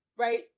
right